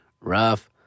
rough